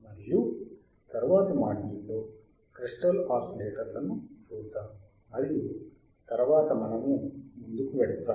మరియు తరువాతి మాడ్యూల్ లో క్రిస్టల్ ఓసిలేటర్లను చూద్దాం మరియు తరువాత మనము ముందుకు వెళ్తాము